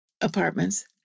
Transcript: apartments